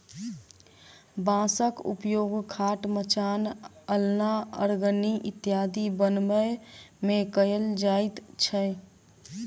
बाँसक उपयोग खाट, मचान, अलना, अरगनी इत्यादि बनबै मे कयल जाइत छै